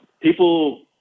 People –